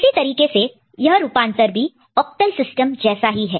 इसी तरीके से यह रूपांतर कन्वर्जन conversion भी ऑक्टल सिस्टम जैसा ही है